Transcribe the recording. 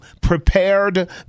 prepared